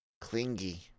clingy